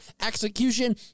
execution